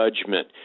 judgment